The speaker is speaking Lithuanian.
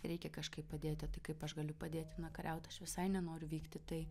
reikia kažkaip padėti tai kaip aš galiu padėti na kariaut aš visai nenoriu vykti tai